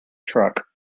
truck